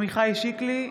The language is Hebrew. עמיחי שיקלי,